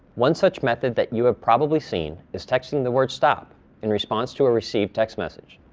one such method that you have probably seen is texting the word stop in response to a received text message.